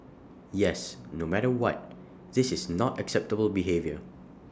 yes no matter what this is not acceptable behaviour